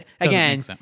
again